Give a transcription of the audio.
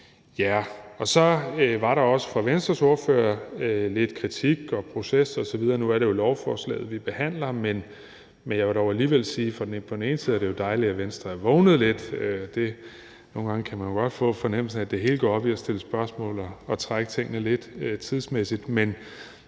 Så var der også fra Venstres ordfører lidt kritik i forhold til proces osv. Nu er det jo lovforslaget, vi behandler, men jeg vil dog alligevel sige, at det er dejligt, at Venstre er vågnet lidt. Nogle gange kan man jo godt få fornemmelsen af, at det hele går op i at stille spørgsmål og trække tingene lidt tidsmæssigt.